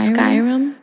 Skyrim